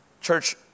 Church